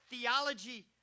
Theology